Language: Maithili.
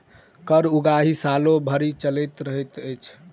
कर उगाही सालो भरि चलैत रहैत छै